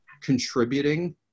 contributing